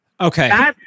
Okay